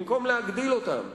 במקום להגדיל אותם,